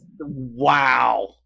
Wow